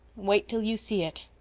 wait till you see it.